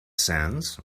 sense